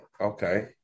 Okay